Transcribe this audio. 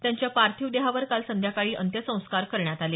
त्यांच्या पार्थीव देहावर काल संध्याकाळी अंत्यसंस्कार करण्यात आले